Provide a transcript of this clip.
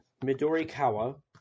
Midorikawa